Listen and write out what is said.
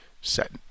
set